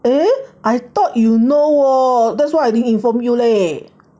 I thought you know !whoa! that's why I didn't inform you leh